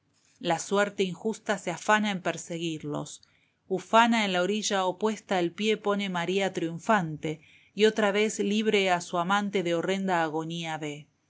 la suerte injusta se afana en perseguirlos ufana en la orilla opuesta el pié pone maría triunfante y otra vez libre a su amante de horrenda agonía ve